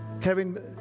Kevin